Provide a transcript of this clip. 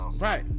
Right